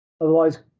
Otherwise